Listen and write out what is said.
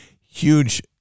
Huge